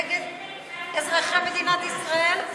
נגד אזרחי מדינת ישראל?